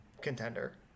contender